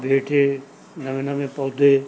ਬੇਟੇ ਨਵੇਂ ਨਵੇਂ ਪੌਦੇ